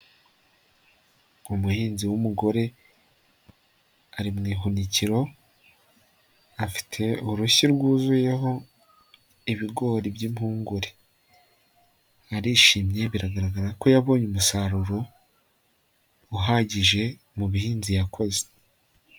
Umuhinzi w'umugore ari muhunikiro afite uruhushyi rwuzuyeho ibigori by'impungure, arishimye biragaragara ko yabonye umusaruro uhagije muhinzi yakoze.